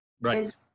Right